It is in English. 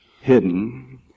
hidden